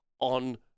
on